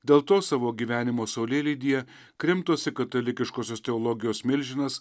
dėl to savo gyvenimo saulėlydyje krimtosi katalikiškosios teologijos milžinas